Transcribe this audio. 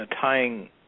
tying